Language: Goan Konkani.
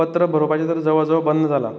पत्र बरोवपाचें तर जवळ जवळ बंद जालां